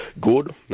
good